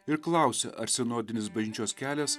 ir klausia ar sinodinis bažnyčios kelias